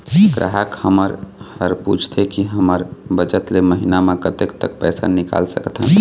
ग्राहक हमन हर पूछथें की हमर बचत ले महीना मा कतेक तक पैसा निकाल सकथन?